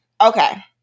Okay